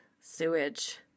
sewage